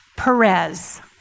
Perez